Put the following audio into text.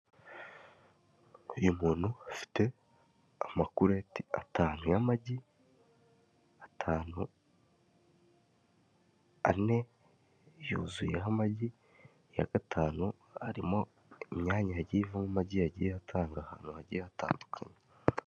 Uyu muntu afite amakureti atanu y'amagi, ane yuzuyeho amajyi iya gatanu harimo imyanya yagiye atanga ahantu hagiye hatandukanye.